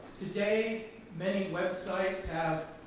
today many websites have